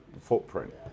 footprint